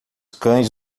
cães